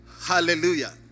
Hallelujah